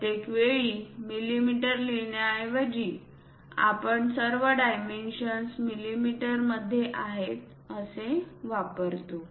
प्रत्येक वेळी मिमी लिहिण्याऐवजी आपण सर्व डायमेन्शन्स मिमी मध्ये आहेत असे वापरतो